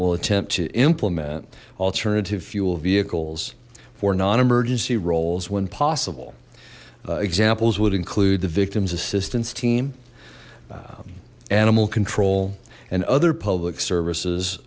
will attempt to implement alternative fuel vehicles for non emergency roles when possible examples would include the victims assistance team animal control and other public services